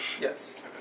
Yes